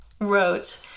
wrote